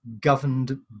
governed